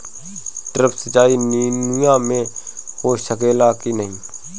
Drip सिंचाई नेनुआ में हो सकेला की नाही?